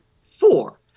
four